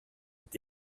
est